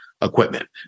equipment